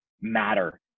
matter